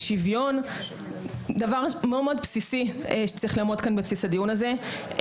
לשוויון דבר מאוד בסיסי שצריך לעמוד כאן בבסיס הדיון הזה.